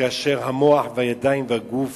כאשר המוח והידיים והגוף